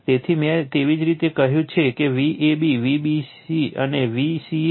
તેથી મેં તેવી જ રીતે કહ્યું કે Vab Vbc કે આ Vca છે